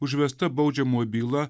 užvesta baudžiamo byla